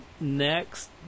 next